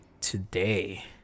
today